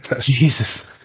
Jesus